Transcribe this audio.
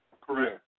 Correct